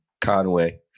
conway